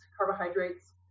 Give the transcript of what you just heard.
carbohydrates